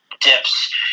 dips